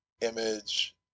image